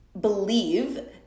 believe